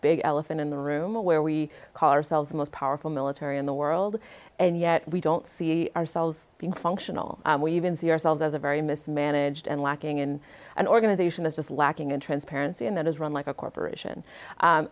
big elephant in the room where we call ourselves the most powerful military in the world and yet we don't see ourselves being functional we even see ourselves as a very mismanaged and lacking in an organization that's just lacking in transparency and that is run like a corporation